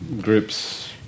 groups